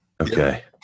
okay